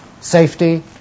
safety